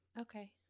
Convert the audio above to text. Okay